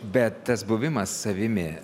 bet tas buvimas savimi